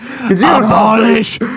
Abolish